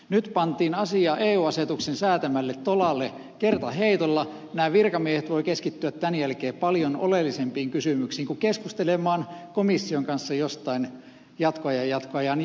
nyt pantiin asia eu asetuksen säätämälle tolalle kertaheitolla ja nämä virkamiehet voivat keskittyä tämän jälkeen paljon oleellisempiin kysymyksiin kuin keskustelemaan komission kanssa jostain jatkoajan jatkoajan jatkoajasta